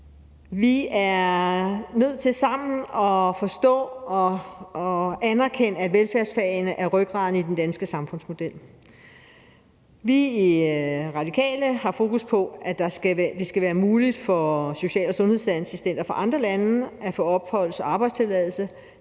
Vi er nødt til sammen at forstå og anerkende, at velfærdsfagene er rygraden i den danske samfundsmodel. Vi i Radikale har fokus på, at det skal være muligt for social- og sundhedsassistenter fra andre lande at få opholds- og arbejdstilladelse,